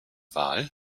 wahl